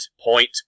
point